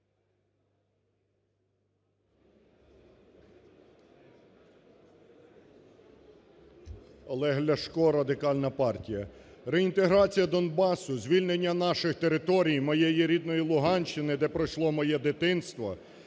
Олег Ляшко, Радикальна партія. Реінтеграція Донбасу, звільнення наших територій, моєї рідної Луганщини, де пройшло моє дитинство,